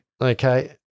Okay